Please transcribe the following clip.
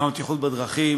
יום הבטיחות בדרכים